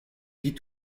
vit